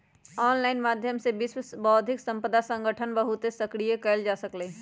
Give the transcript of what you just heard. online माध्यम से विश्व बौद्धिक संपदा संगठन बहुते सक्रिय कएल जा सकलई ह